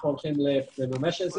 אנחנו כמובן הולכים לממש את זה.